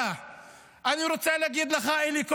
אני רוצה להגיד לך, אלי כהן,